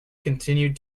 continued